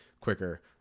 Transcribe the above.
quicker